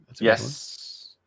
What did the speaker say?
Yes